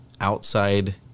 outside